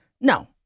No